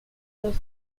los